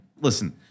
listen